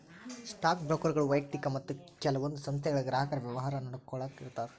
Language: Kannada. ಸ್ಟಾಕ್ ಬ್ರೋಕರ್ಗಳು ವ್ಯಯಕ್ತಿಕ ಮತ್ತ ಕೆಲವೊಂದ್ ಸಂಸ್ಥೆಗಳ ಗ್ರಾಹಕರ ವ್ಯವಹಾರ ನೋಡ್ಕೊಳ್ಳಾಕ ಇರ್ತಾರ